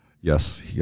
yes